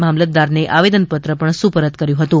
મામલદારને આવેદનપત્ર પણ સુપર્ત કર્યુ હતું